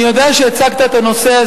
אני יודע שהצגת את הנושא,